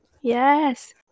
Yes